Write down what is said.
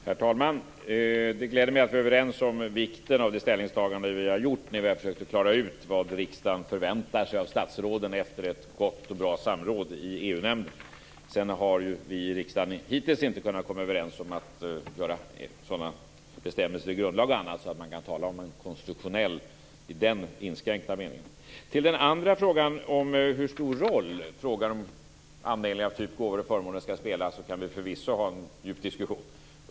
Herr talman! Det gläder mig att vi är överens om vikten av de ställningstaganden som vi har gjort när vi efter ett gott och bra samråd i EU-nämnden har försökt att klara ut vad riksdagen förväntar sig av statsråden. Vi i riksdagen har hittills inte kunnat komma överens om att göra sådana bestämmelser i grundlag och annat att man kan tala om konstitutionella bestämmelser i den inskränkta meningen. Den andra frågan, hur stor roll frågan om anmälningar av t.ex. gåvor och förmåner skall spela, kan vi förvisso ha en djup diskussion om.